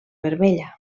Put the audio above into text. vermella